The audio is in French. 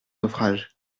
naufrage